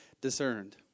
discerned